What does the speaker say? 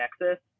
Nexus